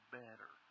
better